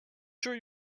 sure